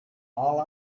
all